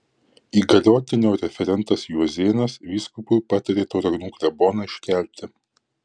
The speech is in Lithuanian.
įgaliotinio referentas juozėnas vyskupui patarė tauragnų kleboną iškelti